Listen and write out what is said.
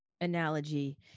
analogy